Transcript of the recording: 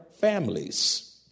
families